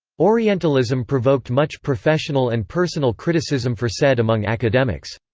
orientalism provoked much professional and personal criticism for said among academics.